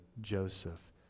Joseph